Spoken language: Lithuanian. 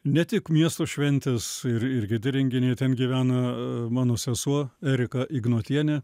ne tik miesto šventės ir irgi renginiai ten gyvena mano sesuo erika ignotienė